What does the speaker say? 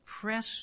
Press